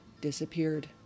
disappeared